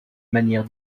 manière